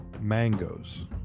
mangoes